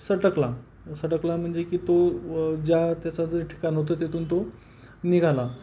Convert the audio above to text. सटकला सटकला म्हणजे की तो ज्या त्याचा जो ठिकाण होतं त्यातून तो निघाला